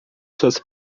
suas